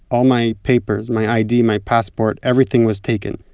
all my papers my id, my passport everything, was taken.